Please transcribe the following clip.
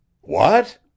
What